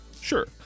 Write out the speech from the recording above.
sure